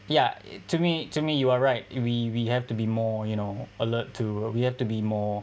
ya it to me to me you are right we we have to be more you know alert to we have to be more